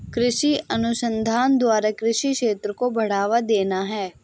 कृषि अनुसंधान द्वारा कृषि क्षेत्र को बढ़ावा देना है